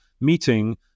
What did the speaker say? meeting